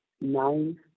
nine